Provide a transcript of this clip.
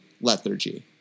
lethargy